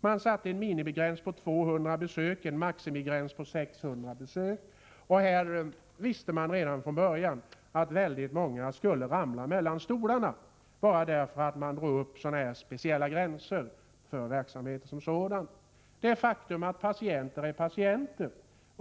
Man satte en minimigräns på 200 besök och en maximigräns på 600 besök. Man visste redan från början att väldigt många skulle ramla mellan stolarna bara därför att man drog upp sådana speciella gränser för verksamheten som sådan. Faktum är att patienter är patienter.